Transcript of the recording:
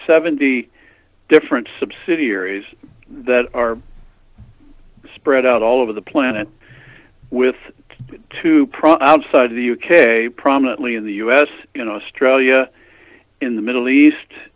seventy different subsidiaries that are spread out all over the planet with two prong outside the u k prominently in the us in australia in the middle east